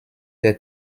des